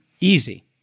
easy